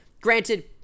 Granted